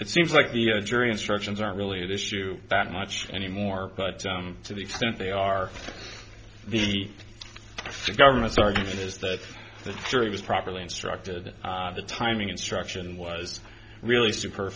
it seems like the jury instructions aren't really the issue that much anymore but to the extent they are the government's argument is that the jury was properly instructed the timing instruction was really super